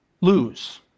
lose